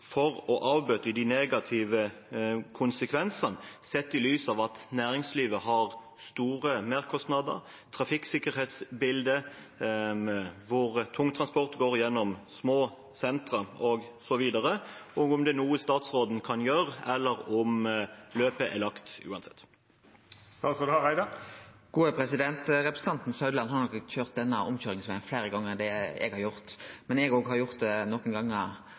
for å avbøte de negative konsekvensene – sett i lys av at næringslivet har store merkostnader, og av trafikksikkerhetsbildet, hvor tungtransport går gjennom små sentre, osv. Er det noe statsråden kan gjøre, eller er løpet lagt, uansett? Representanten Meininger Saudland har nok køyrt denne omkøyringsvegen fleire gonger enn det eg har gjort, men eg har òg gjort det